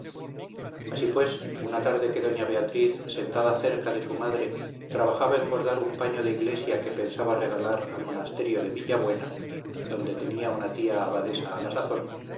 así pues una tarde que doña beatriz sentada cerca de su madre trabajaba en bordar un paño de iglesia que pensaba regalar al monasterio de villabuena donde tenía una tía abadesa a la sazón